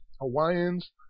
Hawaiians